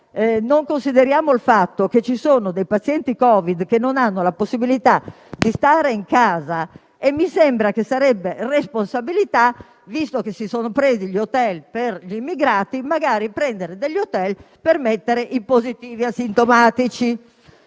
Non consideriamo il fatto che ci sono dei pazienti Covid che non hanno la possibilità di stare in casa e mi sembra che sarebbe responsabile, visto che sono stati utilizzati gli hotel per gli immigrati, magari prenderne altri per ospitare i positivi asintomatici.